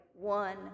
one